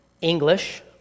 English